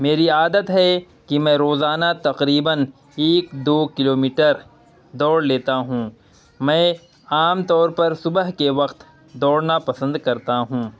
میری عادت ہے کہ میں روزانہ تقریباً ایک دو کلومیٹر دوڑ لیتا ہوں میں عام طور پر صبح کے وقت دوڑنا پسند کرتا ہوں